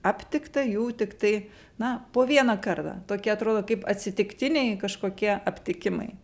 aptikta jų tiktai na po vieną kartą tokie atrodo kaip atsitiktiniai kažkokie aptikimai